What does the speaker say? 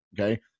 okay